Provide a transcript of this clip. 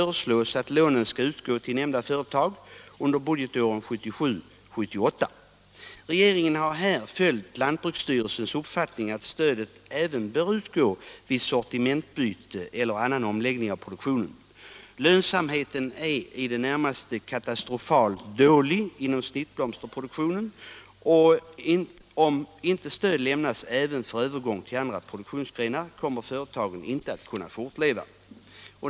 Regeringen har här följt lantbruksstyrelsens uppfattning att stödet även bör utgå vid sortimentsbyte eller annan omläggning av produktionen. Lönsamheten är i det närmaste katastrofalt dålig inom snittblomster hetsområde produktionen. Om inte stöd lämnas även för övergång till andra produktionsgrenar kommer företagen inte att kunna fortleva.